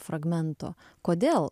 fragmento kodėl